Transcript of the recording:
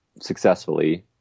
successfully